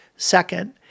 Second